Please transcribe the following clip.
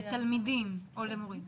לתלמידים או למורים?